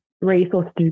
resources